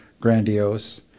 grandiose